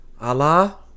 Allah